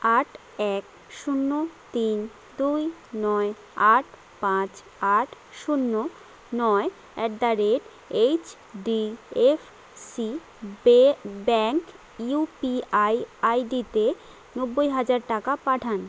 আট এক শূন্য তিন দুই নয় আট পাঁচ আট শূন্য নয় at the rate H D F C বে bank U P I I ডিতে নব্বই হাজার টাকা পাঠান